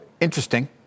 Interesting